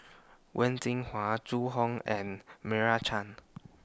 Wen Jinhua Zhu Hong and Meira Chand